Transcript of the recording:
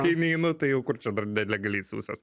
kai neinu tai jau kur čia dar nelegaliai siųsies